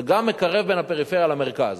זה גם מקרב את הפריפריה למרכז.